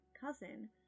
cousin